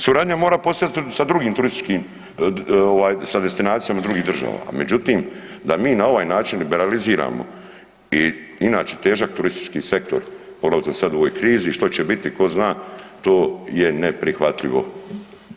Suradnja mora postojati sa drugim turističkim, sa destinacijama drugih država, međutim, da mi na ovaj način liberaliziramo i inače težak turistički sektor, poglavito sad u ovoj krizi, što će biti, tko zna, to je neprihvatljivo.